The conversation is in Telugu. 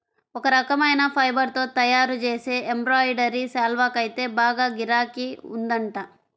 ఒక రకమైన ఫైబర్ తో తయ్యారుజేసే ఎంబ్రాయిడరీ శాల్వాకైతే బాగా గిరాకీ ఉందంట